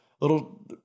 little